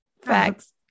facts